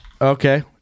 Okay